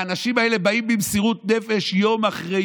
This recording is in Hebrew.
האנשים האלה באים במסירות נפש יום אחרי